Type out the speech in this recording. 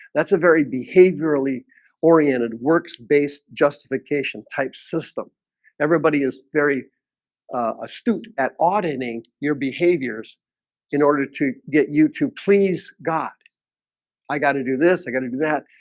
that's a very behaviorally oriented works based justification type system everybody is very astute at auditing your behaviors in order to get you to please god i got to do this i gotta do that.